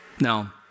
Now